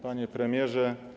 Panie Premierze!